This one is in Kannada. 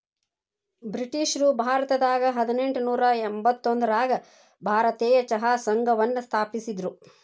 ಬ್ರಿಟಿಷ್ರು ಭಾರತದಾಗ ಹದಿನೆಂಟನೂರ ಎಂಬತ್ತೊಂದರಾಗ ಭಾರತೇಯ ಚಹಾ ಸಂಘವನ್ನ ಸ್ಥಾಪಿಸಿದ್ರು